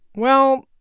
well,